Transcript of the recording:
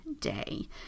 day